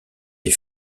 des